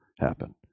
happen